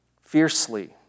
fiercely